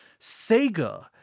Sega